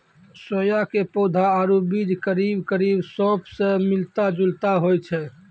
सोया के पौधा आरो बीज करीब करीब सौंफ स मिलता जुलता होय छै